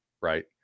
right